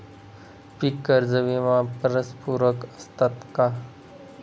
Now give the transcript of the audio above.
पीक कर्ज व विमा परस्परपूरक असतात का?